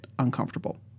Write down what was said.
uncomfortable